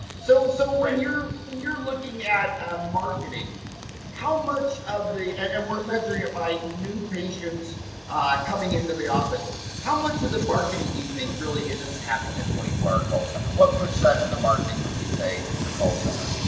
so so when you're you're looking at ah marketing how much of the and and we're measuring about new patients coming into the office how much did the marketing do you think really is having a twenty four hour call center what percent of the marketing would you say is the call center?